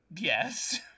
Yes